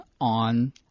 on